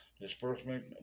disbursement